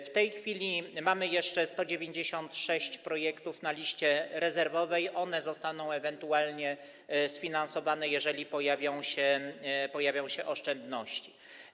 W tej chwili mamy jeszcze 196 projektów na liście rezerwowej, one zostaną ewentualnie sfinansowane, jeżeli pojawią się oszczędności.